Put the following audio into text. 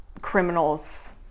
criminals